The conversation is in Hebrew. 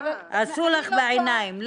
עשו לך בעיניים,